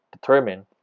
determine